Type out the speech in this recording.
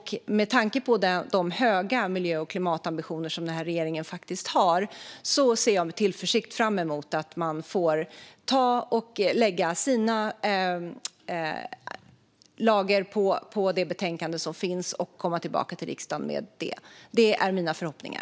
Med tanke på de höga miljö och klimatambitioner som den här regeringen har ser jag med tillförsikt fram emot att man får lägga sina lager på det betänkande som finns och komma tillbaka till riksdagen. Det är mina förhoppningar.